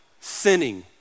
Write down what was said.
sinning